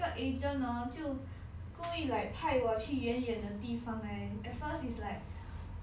他他有问了住哪里 lah so that he she can like allocate me to the nearest outlet right